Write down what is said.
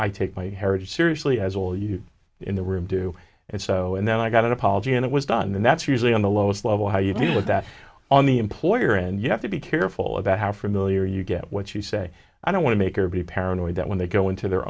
i take my heritage seriously as all of you in the room do and so and then i got an apology and it was done and that's usually on the lowest level how you deal with that on the employer and you have to be careful about how familiar you get what you say i don't want to make or be paranoid that when they go into their